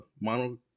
Mono